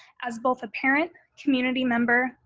as both a parent, community member,